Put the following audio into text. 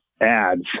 ads